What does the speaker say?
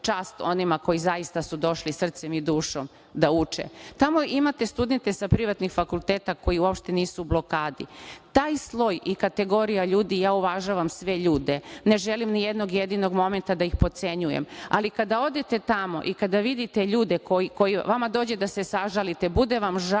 čast onima koji su zaista došli srcem i dušom da uče. Tamo imate studente sa privatnih fakulteta, koji uopšte nisu u blokadi. Taj sloj i kategorija ljudi, ja uvažavam sve ljude, ne želim nijednog jedinog momenta da ih potcenjujem, ali kada odete tamo i kada vidite ljude, vama dođe da se sažalite, bude vam žao